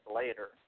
later